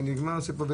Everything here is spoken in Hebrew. ונגמר הסיפור.